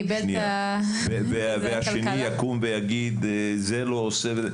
קיבל --- והשני יקום ויגיד: זה לא עושה.